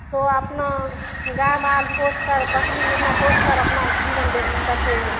सो अपना गाय माल पोसकर बकरी मेमना पोसकर अपना जीवन व्यतीत करते हैं